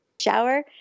shower